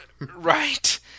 Right